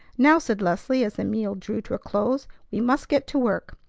now, said leslie as the meal drew to a close, we must get to work.